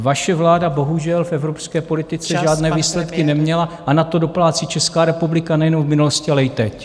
Vaše vláda bohužel v evropské politice žádné výsledky neměla a na to doplácí Česká republika nejenom v minulosti, ale i teď.